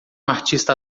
artista